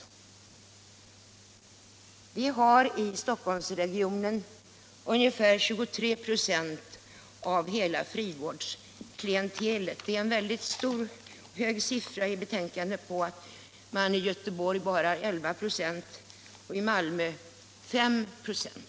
Vi har i Stockholmsregionen ungefär 23 96 av hela frivårdsklientelet. Det är en väldigt hög siffra med tanke på att man i Göteborg bara har 11 96 och i Malmö 5 96.